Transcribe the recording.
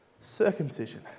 Circumcision